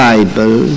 Bible